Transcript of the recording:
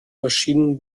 maschinen